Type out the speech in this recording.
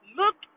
look